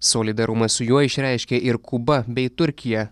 solidarumą su juo išreiškė ir kuba bei turkija